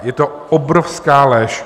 Je to obrovská lež.